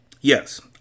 Yes